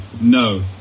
no